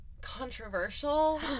controversial